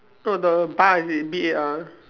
the bar is it B a R